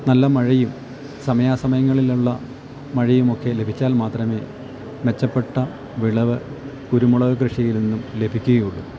നല്ല മഴയും സമയാസമയങ്ങളിലുള്ള മഴയുമൊക്കെ ലഭിച്ചാൽ മാത്രമേ മെച്ചപ്പെട്ട വിളവ് കുരുമുളക് കൃഷിയിൽനിന്നും ലഭിക്കുകയുള്ളൂ